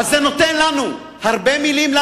אז זה נותן לנו הרבה מלים,